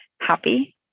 happy